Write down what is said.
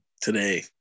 today